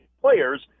players